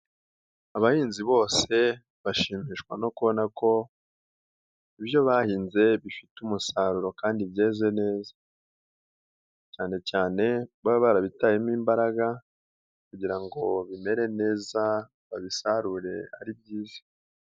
Abahinzi bose bashimishwa no kubona ko ibyo bahinze bifite umusaruro kandi byeze, cyane baba barabitayemo imbaraga kugira ngo bimere babisarure ari byiza.